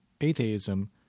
atheism